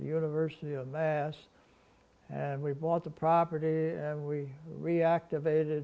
university and mass and we bought the property and we reactivated